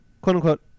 quote-unquote